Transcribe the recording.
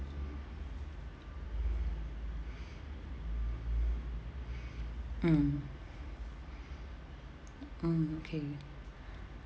mm mm okay